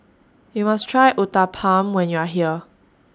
YOU must Try Uthapam when YOU Are here